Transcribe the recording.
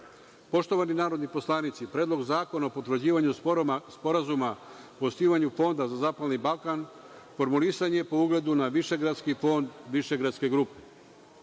KiM.Poštovani narodni poslanici, Predlog zakona o potvrđivanju Sporazuma o osnivanju Fonda za zapadni Balkan formulisan je po ugledu na Višegradski fond Višegradske grupe.